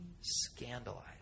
scandalized